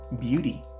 beauty